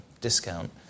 discount